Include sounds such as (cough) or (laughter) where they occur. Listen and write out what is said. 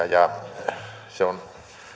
(unintelligible) ja se on